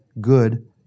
good